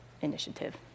initiative